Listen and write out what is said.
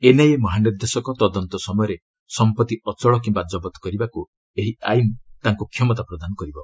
NIA ମହାନିର୍ଦ୍ଦେଶକ ତଦନ୍ତ ସମୟରେ ସମ୍ପଭି ଅଚଳ କିମ୍ବା ଜବତ କରିବାକୁ ଏହି ଆଇନ୍ ତାଙ୍କୁ କ୍ଷମତା ପ୍ରଦାନ କରିବ